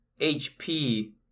HP